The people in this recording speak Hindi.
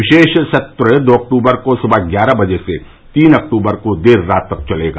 विशेष सत्र दो अक्टूबर को सुबह ग्यारह बजे से तीन अक्टूबर को देर रात तक चलेगा